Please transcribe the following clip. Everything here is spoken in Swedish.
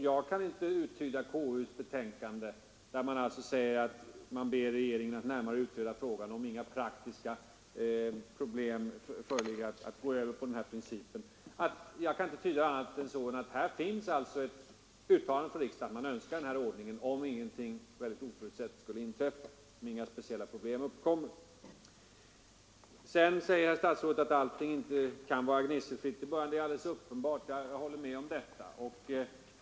Jag kan inte tyda konstitutionsutskottets betänkande — där man alltså ber regeringen att närmare utreda frågan om praktiska problem föreligger att gå över till den här principen — på annat sätt än att här finns ett uttalande från riksdagen att man önskar denna ordning, om ingenting oförutsett inträffar och speciella problem uppkommer. Herr statsrådet säger att allting kan inte gå gnisselfritt i början. Det är alldeles uppenbart — jag håller med om detta.